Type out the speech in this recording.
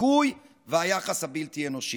הדיכוי והיחס הבלתי-אנושי.